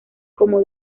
como